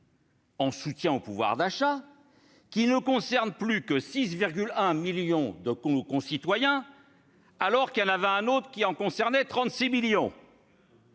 de soutien au pouvoir d'achat qui ne concerne plus que 6,1 millions de nos concitoyens, alors qu'un autre en concernait 36 millions